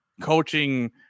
coaching